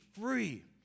Free